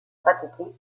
pratiqué